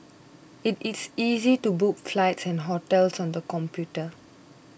it is easy to book flights and hotels on the computer